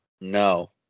No